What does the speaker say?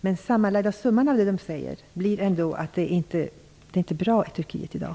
Men sammantaget blir bilden ändå att det inte är bra i Turkiet i dag.